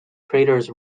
craters